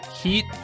Heat